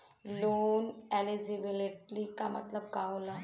Loan eligibility का मतलब का होला?